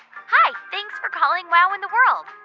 hi, thanks for calling wow in the world.